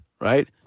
right